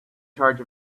charge